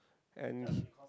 and